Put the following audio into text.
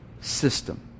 system